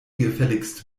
gefälligst